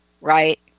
right